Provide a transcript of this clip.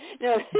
No